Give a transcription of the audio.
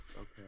Okay